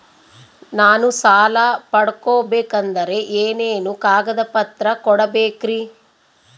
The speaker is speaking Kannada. ನಾನು ಸಾಲ ಪಡಕೋಬೇಕಂದರೆ ಏನೇನು ಕಾಗದ ಪತ್ರ ಕೋಡಬೇಕ್ರಿ?